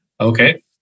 Okay